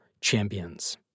Champions